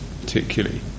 particularly